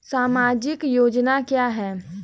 सामाजिक योजना क्या है?